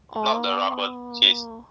oh